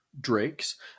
drakes